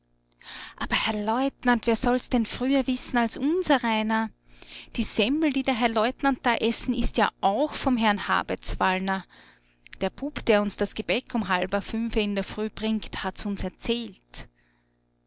aber herr leutnant wer soll's denn früher wissen als unsereiner die semmel die der herr leutnant da essen ist ja auch vom herrn habetswallner der bub der uns das gebäck um halber fünfe in der früh bringt hat's uns erzählt